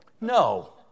No